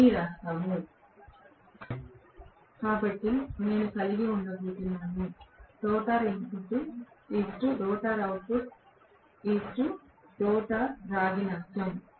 మళ్ళీ వ్రాస్తాను కాబట్టి నేను కలిగి ఉండబోతున్నాను rotor input rotor output rotor రాగి నష్టం